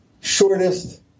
shortest